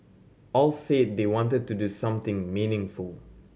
all said they wanted to do something meaningful